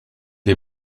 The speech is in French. les